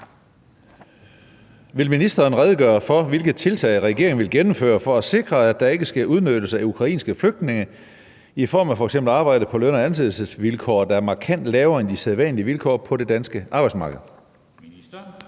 ministeren redegøre for, hvilke tiltag regeringen vil gennemføre for at sikre, at der ikke sker udnyttelse af ukrainske flygtninge i form af f.eks. arbejde på løn- og ansættelsesvilkår, der er markant lavere end de sædvanlige vilkår på det danske arbejdsmarked? Skriftlig